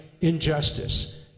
injustice